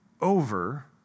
over